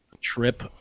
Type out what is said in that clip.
Trip